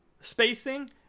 spacing